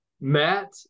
Matt